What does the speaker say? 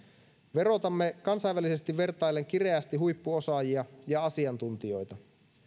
verotamme kansainvälisesti vertaillen kireästi huippuosaajia ja asiantuntijoita